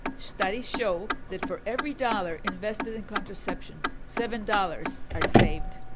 studies show that for every dollar invested in contraception, seven dollars are saved.